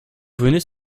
venez